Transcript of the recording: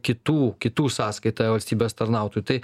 kitų kitų sąskaita valstybės tarnautojų tai